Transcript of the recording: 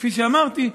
כפי שאמרתי,